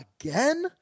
again